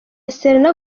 selena